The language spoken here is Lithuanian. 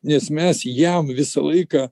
nes mes jam visą laiką